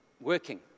working